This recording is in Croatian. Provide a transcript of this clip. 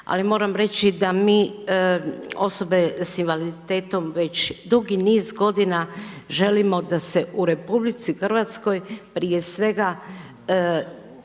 ali moram reći da mi, osobe sa invaliditetom, već dugi niz godina želimo da se u RH prije svega